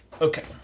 Okay